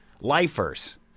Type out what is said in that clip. Lifers